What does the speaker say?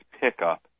pickup